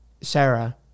Sarah